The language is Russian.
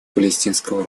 палестинского